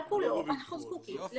על כולו, אנחנו זקוקים לתקציב.